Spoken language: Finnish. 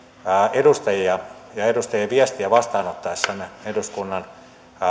edustajia ja edustajien viestiä vastaanottaessamme eduskunnan